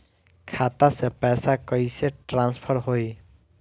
खाता से पैसा कईसे ट्रासर्फर होई?